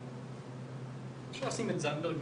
בצפון אין מכשיר פט סיטי,